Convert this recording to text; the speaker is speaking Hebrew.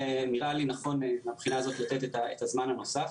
נראה לי נכון מהבחינה הזאת לתת את הזמן הנוסף.